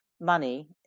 money